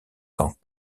quand